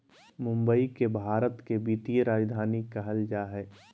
मुंबई के भारत के वित्तीय राजधानी कहल जा हइ